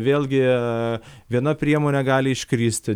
vėlgi viena priemonė gali iškristi